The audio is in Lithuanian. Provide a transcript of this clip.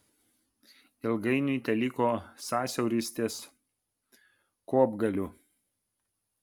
ilgainiui teliko sąsiauris ties kopgaliu